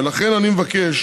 לכן אני מבקש